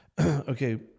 Okay